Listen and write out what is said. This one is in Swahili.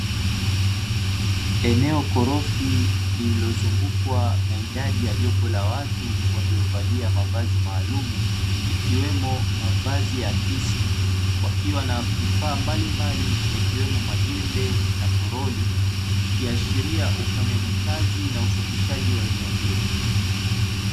Eneo korofi lililozungukwa na idadi ya jopo la watu waliovalia mavazi maalumu, ikiwemo mavazi akisi, wakiwa na vifaa mbalimbali yakiwemo: majembe na toroli, ikiashiria ufanyaji kazi na usafishaji wa eneo hilo.